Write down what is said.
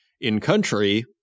In-country